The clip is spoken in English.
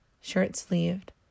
shirt-sleeved